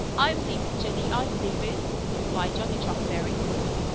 i believe it, jenny, i believe it, replied johnny chuck very humbly.